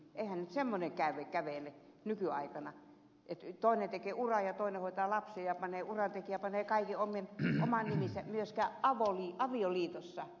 eihän nyt semmoinen käy nykyaikana että toinen tekee uraa ja toinen hoitaa lapsia ja urantekijä panee kaiken omiin nimiinsä ei myöskään avioliitossa ed